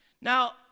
Now